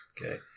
Okay